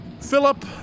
Philip